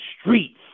streets